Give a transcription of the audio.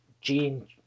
gene